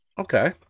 Okay